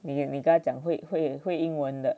你你你跟他讲会会英文的